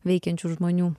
veikiančių žmonių